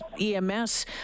EMS